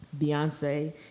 Beyonce